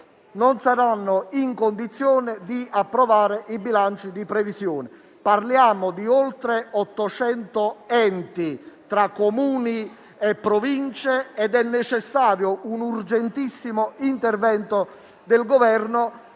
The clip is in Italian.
non saranno in condizione di approvare i bilanci di previsione. Parliamo di oltre 800 enti, tra Comuni e Province, ed è necessario un urgentissimo intervento del Governo